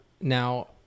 now